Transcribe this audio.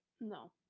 no